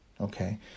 Okay